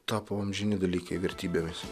tapo amžini dalykai vertybėmis